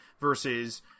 versus